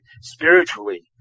spiritually